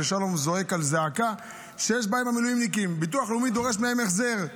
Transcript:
ושלום זועק זעקה שיש בעיה עם המילואימניקים: ביטוח לאומי דורש מהם החזר,